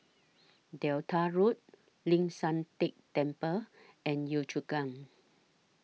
Delta Road Ling San Teng Temple and Yio Chu Kang